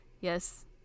Yes